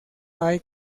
hay